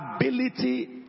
ability